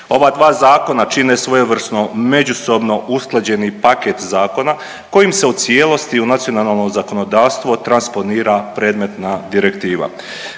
Ova dva zakona čine svojevrsno međusobno usklađeni paket zakona kojim se u cijelosti u nacionalno zakonodavstvo transponira predmetna direktiva.